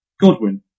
Godwin